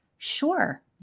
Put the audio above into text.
Sure